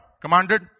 commanded